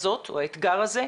האתגר הזה,